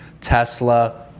Tesla